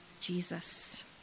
Jesus